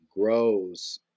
grows